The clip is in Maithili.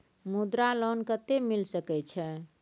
मुद्रा लोन कत्ते मिल सके छै?